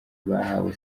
bahawe